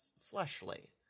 fleshly